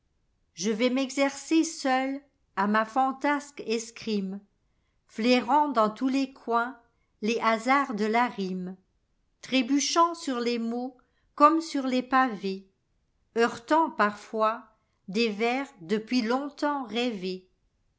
le vais m'exercer seul à ma fantasque escrime flairant dans tous les coins les hasards de la rime frébuchant sur ies mots comme sur les pavés fleurtant parfois des vers depuis longtemps rêvés